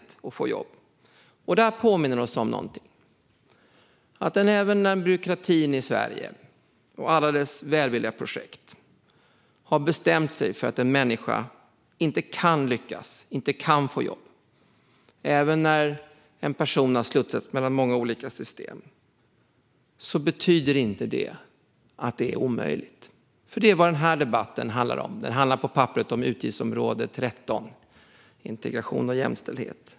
Det här påminner oss om att även när en person har slussats mellan många olika system och byråkratin i Sverige med alla sina välvilliga projekt har bestämt sig för att en människa inte kan lyckas få ett jobb så betyder det inte att det är omöjligt. På papperet handlar den här debatten om Utgiftsområde 13 Integration och jämställdhet.